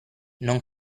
non